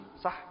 Sah